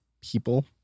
people